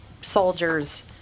soldiers